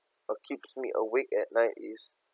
uh keeps me awake at night is